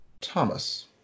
thomas